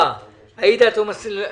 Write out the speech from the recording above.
וזהו.